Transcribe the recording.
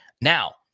Now